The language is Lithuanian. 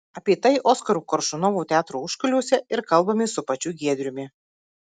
apie tai oskaro koršunovo teatro užkulisiuose ir kalbamės su pačiu giedriumi